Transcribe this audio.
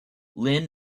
lin